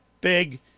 Big